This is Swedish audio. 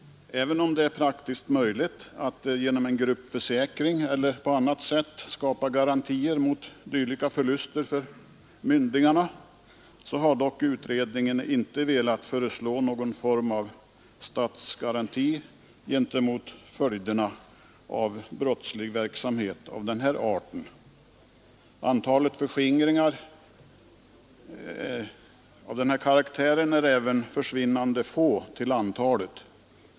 Även om det är praktiskt möjligt att genom en gruppförsäkring eller på annat sätt skapa garantier mot dylika förluster för myndlingar, har utredningen dock inte velat föreslå någon form av statsgaranti gentemot följderna av brottslig verksamhet av denna art. Förskingringar av den här karaktären är också försvinnande få till antalet.